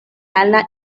ala